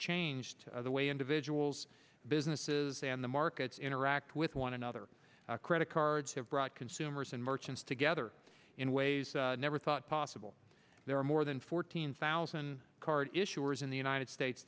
changed the way individuals businesses and the markets interact with one another credit cards have brought consumers and merchants together in ways never thought possible there are more than fourteen thousand card issuers in the united states